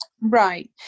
Right